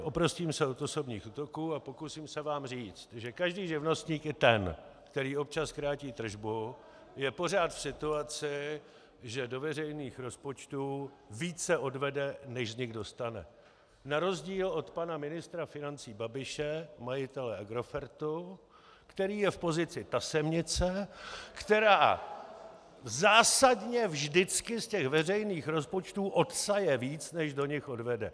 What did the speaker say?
Oprostím se od osobních útoků a pokusím se vám říct, že každý živnostník, i ten, který občas krátí tržbu, je pořád v situaci, že do veřejných rozpočtů více odvede, než z nich dostane, na rozdíl od pana ministra financí Babiše, majitele Agrofertu, který je v pozici tasemnice, která zásadně vždycky z veřejných rozpočtů odsaje víc, než do nich odvede.